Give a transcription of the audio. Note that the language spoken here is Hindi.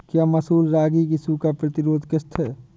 क्या मसूर रागी की सूखा प्रतिरोध किश्त है?